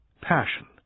passion